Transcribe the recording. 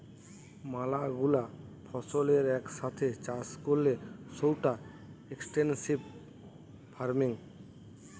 ম্যালা গুলা ফসলের এক সাথে চাষ করলে সৌটা এক্সটেন্সিভ ফার্মিং